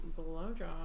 blowjob